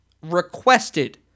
requested